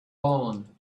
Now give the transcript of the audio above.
lawn